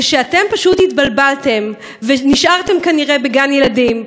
זה שאתם פשוט התבלבלתם ונשארתם כנראה בגן ילדים,